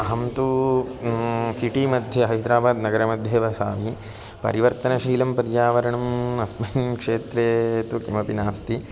अहं तु सिटिमध्ये हैदराबादनगरमध्ये वसामि परिवर्तनशीलं पर्यावरणम् अस्मिन् क्षेत्रे तु किमपि नास्ति